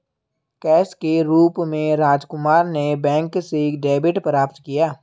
cash के रूप में राजकुमार ने बैंक से डेबिट प्राप्त किया